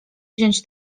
wziąć